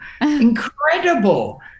Incredible